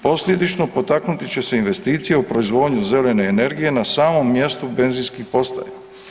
Posljedično, potaknuti će se investicija u proizvodnje zelene energije na samom mjestu benzinskih postaja.